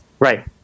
Right